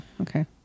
Okay